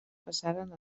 passaren